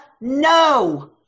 No